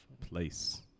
place